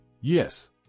Yes